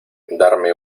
darme